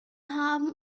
haben